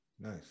nice